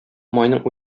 майның